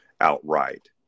outright